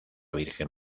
virgen